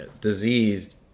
diseased